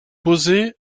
posez